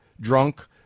drunk